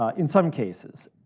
ah in some cases.